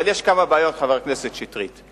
אבל יש כמה בעיות, חבר הכנסת שטרית.